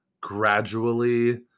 gradually